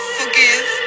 forgive